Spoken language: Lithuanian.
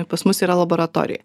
pas mus yra laboratorijoj